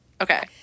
Okay